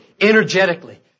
energetically